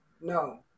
No